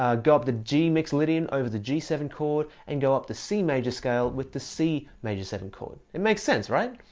ah go up the g mixolydian over the g seven chord and go up the c major scale with the c major seven chord. makes sense, right?